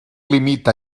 límit